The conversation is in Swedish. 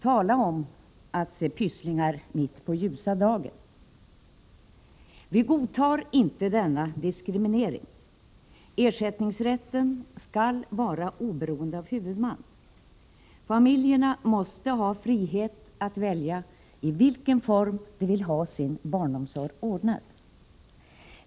Tala om att se pysslingar mitt på ljusa dagen! Vi godtar inte denna diskriminering. Ersättningsrätten skall vara oberoende av huvudman. Familjerna måste ha frihet att välja formen för sin barnomsorg.